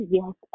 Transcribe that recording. yes